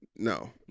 No